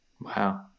wow